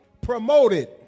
promoted